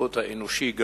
לפחות העניין האנושי.